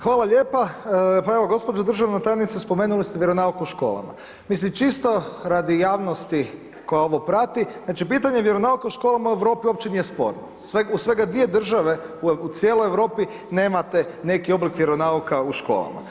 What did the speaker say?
Hvala lijepa, pa evo gospođo državna tajnice spomenuli ste vjeronauk u školama, mislim čisto radi javnosti koja ovo prati, znači pitanje vjeronauka u škola u Europi uopće nije sporno, u svega dvije države u cijelo Europi nemate neki oblik vjeronauka u školama.